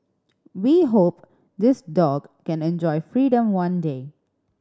we hope this dog can enjoy freedom one day